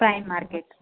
prime market